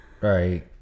right